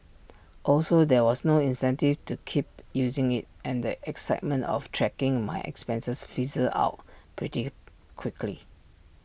also there was no incentive to keep using IT and the excitement of tracking my expenses fizzled out pretty quickly